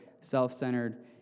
self-centered